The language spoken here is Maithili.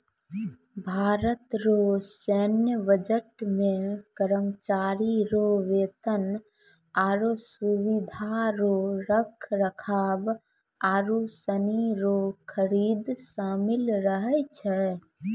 भारत रो सैन्य बजट मे करमचारी रो बेतन, आरो सुबिधा रो रख रखाव आरू सनी रो खरीद सामिल रहै छै